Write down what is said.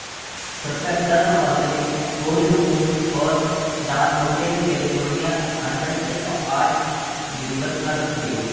कृपया turn organic whole मूँग और डॉन मोंटे कैलिफ़ोर्निया आन्मड्स आज डिलीवर कर दें